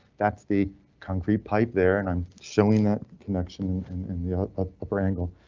that's the concrete pipe there, and i'm showing that connection and the ah upper angle.